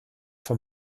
vom